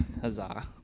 Huzzah